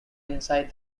insight